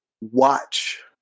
watch